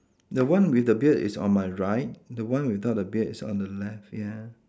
the one with the beard is on my right the one without the beard is on the left ya